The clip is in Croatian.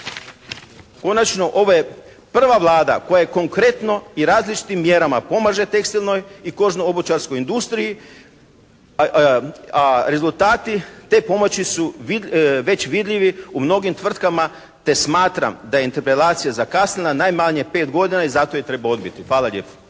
konačno ovo je prva Vlada koja je konkretno i različitim mjerama pomaže tekstilnoj i kožno-obućarskoj industriji, a rezultati te pomoći su već vidljivi u mnogim tvrtkama te smatram da je interpelacija zakasnila najmanje pet godina i zato je treba odbici. Hvala lijepo.